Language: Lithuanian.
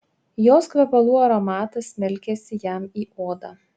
jos kvepalų aromatas smelkėsi jam į odą